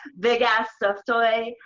big ass stuff toy.